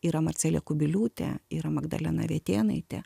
yra marcelė kubiliūtė yra magdalena avietėnaitė